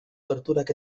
torturak